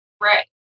Right